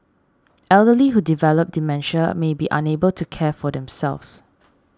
elderly who develop dementia may be unable to care for themselves